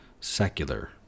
secular